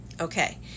Okay